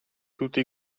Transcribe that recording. tutti